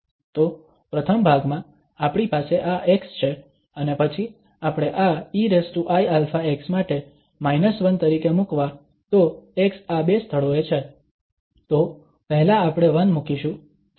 તો પ્રથમ ભાગમાં આપણી પાસે આ x છે અને પછી આપણે આ eiαx માટે −1 તરીકે મૂકવા તો x આ બે સ્થળોએ છે તો પહેલા આપણે 1 મુકીશું